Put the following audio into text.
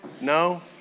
no